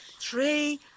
Three